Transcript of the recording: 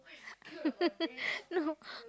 no